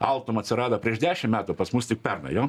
altum atsirado prieš dešim metų pas mus tik pernai jo